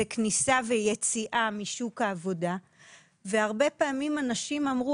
כניסה ויציאה משוק העבודה והרבה פעמים אנשים אמרו